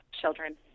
children